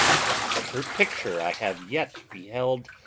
tis but her picture i have yet beheld,